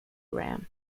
ram